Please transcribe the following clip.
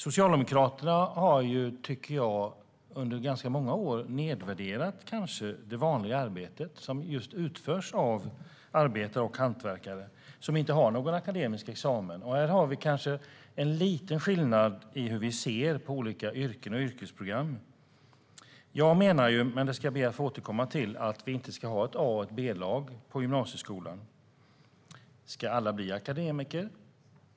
Socialdemokraterna har, tycker jag, under ganska många år kanske nedvärderat det vanliga arbetet, som just utförs av arbetare och hantverkare som inte har någon akademisk examen. Det är kanske en liten skillnad i hur vi ser på olika yrken och yrkesprogram. Jag menar, men det ska jag be att få återkomma till, att vi inte ska ha ett A-lag och ett B-lag i gymnasieskolan. Ska alla bli akademiker?